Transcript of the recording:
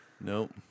Nope